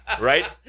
Right